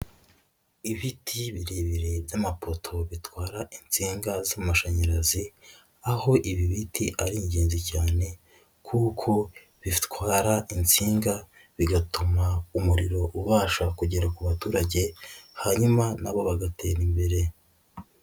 Ibiti birebire by'amapoto bitwara insinga z'amashanyarazi, aho ibi biti ari ingenzi cyane, kuko bitwara insinga bigatuma umuriro ubasha kugera ku baturage, hanyuma na bo bagatera imbere.